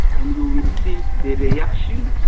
and you will will see their reaction,